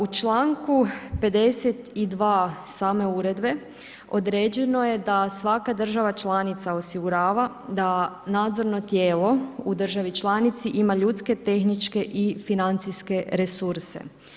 U članku 52. same uredbe određeno je da svaka država članica osigurava da nadzorno tijelo u državi članici ima ljudske, tehničke i financijske resurse.